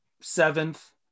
seventh